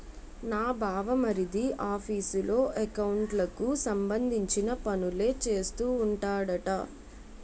నా బావమరిది ఆఫీసులో ఎకౌంట్లకు సంబంధించిన పనులే చేస్తూ ఉంటాడట